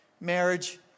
Marriage